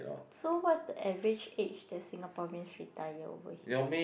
so what's the average age the Singaporeans retire over here